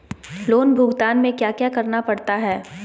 loan भुगतान में क्या क्या करना पड़ता है